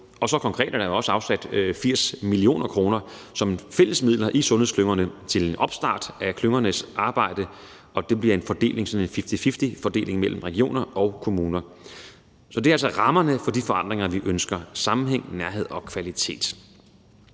Og så er der jo konkret også afsat 80 mio. kr. som fælles midler i sundhedsklyngerne til en opstart af klyngernes arbejde, og det bliver sådan en fifty-fifty-fordeling mellem regioner og kommuner. Så det er altså rammerne for de forandringer, vi ønsker; sammenhæng, nærhed og kvalitet.